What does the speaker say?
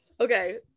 Okay